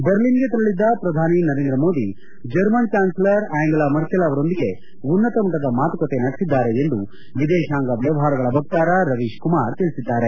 ಬರ್ಲಿನ್ಗೆ ತೆರಳದ್ದ ಪ್ರಧಾನಿ Narendra Modi German ಛಾನ್ತಲರ್ ಆಂಗೆಲ್ Merkel ಅವರೊಂದಿಗೆ ಉನ್ನತ ಮಟ್ಟದ ಮಾತುಕತೆ ನಡೆಸಿದ್ದಾರೆ ಎಂದು ವಿದೇಶಾಂಗ ವ್ಲವಹಾರಗಳ ವಕ್ತಾರ ರವೀಶ್ ಕುಮಾರ್ ತಿಳಿಸಿದ್ದಾರೆ